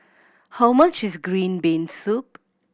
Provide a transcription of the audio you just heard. how much is green bean soup